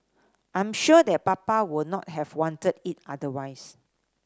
I'm sure that Papa would not have wanted it otherwise